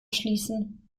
schließen